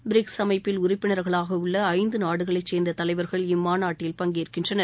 BRICS அமைப்பில் உறுப்பினர்களாக உள்ள ஐந்து நாடுகளை சேர்ந்த தலைவர்கள் இம்மாநாட்டில் பங்கேற்கின்றனர்